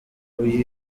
uyu